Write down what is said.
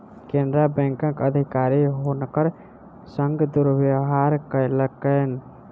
केनरा बैंकक अधिकारी हुनकर संग दुर्व्यवहार कयलकैन